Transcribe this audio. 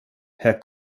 herr